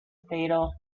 fatal